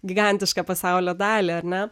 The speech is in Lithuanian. gigantišką pasaulio dalį ar ne